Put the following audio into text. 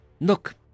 Look